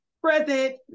present